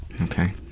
Okay